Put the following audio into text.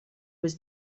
was